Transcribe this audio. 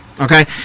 okay